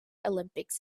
olympics